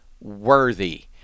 worthy